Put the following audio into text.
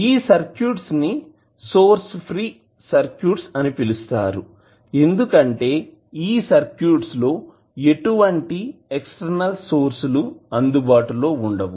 ఈ సర్క్యూట్స్ ని source free circuits అని పిలుస్తారు ఎందుకంటే ఈ సర్క్యూట్స్ లో ఎటువంటి ఎక్స్టర్నల్ సోర్స్ లు అందుబాటులో ఉండవు